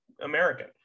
American